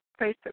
Facebook